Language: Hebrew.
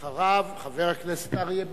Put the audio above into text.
אחריו, חבר הכנסת אריה ביבי.